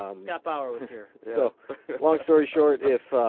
um scott bauer was here. so long story short, if